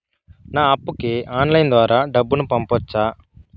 నా అప్పుకి ఆన్లైన్ ద్వారా డబ్బును పంపొచ్చా